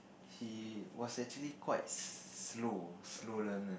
he was actually quite slow slow learner